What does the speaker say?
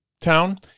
town